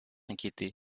inquiétés